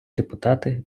депутати